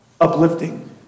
uplifting